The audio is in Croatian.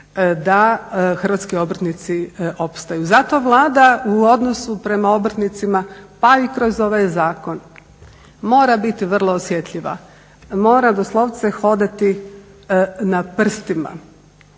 da hrvatski obrtnici opstaju. Zato Vlada u odnosu prema obrtnicima pa i kroz ovaj zakon mora biti vrlo osjetljiva, mora doslovce hodati na prstima